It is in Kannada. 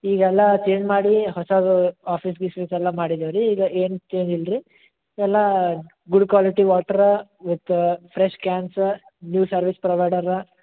ಈಗ ಎಲ್ಲ ಚೇಂಜ್ ಮಾಡಿ ಹೊಸದು ಆಫೀಸ್ ಗೀಫೀಸ್ ಎಲ್ಲ ಮಾಡಿದೇವೆ ರೀ ಈಗ ಏನು ಚೇಂಜ್ ಇಲ್ರಿ ಎಲ್ಲ good quality water with fresh cans new service provider